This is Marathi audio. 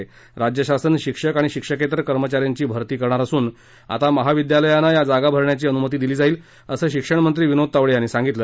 महाराष्ट्र शासन शिक्षक आणि शिक्षकेतर कर्मचा यांची भरती करणार असून आता महाविद्यालयांना या जागा भरण्याची अनुमती दिली जाईल असं शिक्षण मंत्री विनोद तावडे यांनी सांगितलं